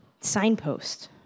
signpost